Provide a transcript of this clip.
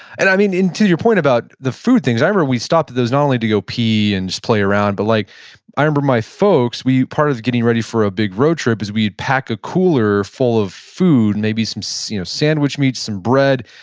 and i mean, to your point about the food things, i remember we stopped at those not only to go pee and just play around, but like i remember my folks, part of getting ready for a big road trip was we'd pack a cooler full of food, maybe some so you know sandwich meats, some bread.